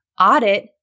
audit